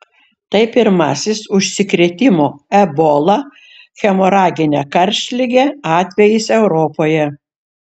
tai pirmasis užsikrėtimo ebola hemoragine karštlige atvejis europoje